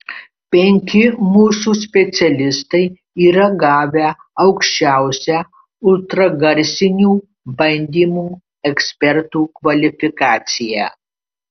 penki mūsų specialistai yra gavę aukščiausią ultragarsinių bandymų ekspertų kvalifikaciją